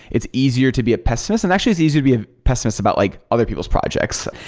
it's easier to be a pessimist, and actually it's easier to be ah pessimist about like other people's projects.